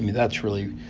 that's really